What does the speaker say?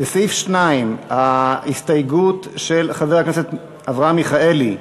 סעיף 2, ההסתייגות של חבר הכנסת אברהם מיכאלי.